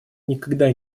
никогда